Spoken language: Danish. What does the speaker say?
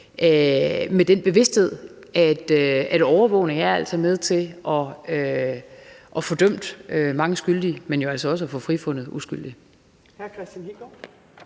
fra den bevidsthed, at overvågning altså er med til at få dømt mange skyldige og også at få frifundet uskyldige.